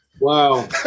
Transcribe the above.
Wow